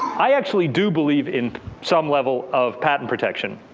i actually do believe in some level of patent protection.